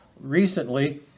recently